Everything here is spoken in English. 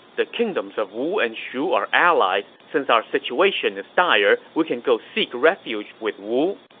the kingdoms of wu and shu are allies. since our situation is dire, we can go seek refuge with wu.